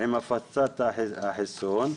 עם הפצת החיסון,